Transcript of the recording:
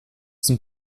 zum